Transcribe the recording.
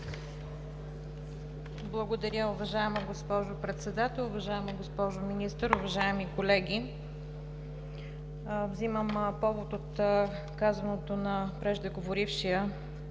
Благодаря, уважаема госпожо Председател. Уважаема госпожо Министър, уважаеми колеги! Вземам повод от казаното от преждеговорившия,